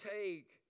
take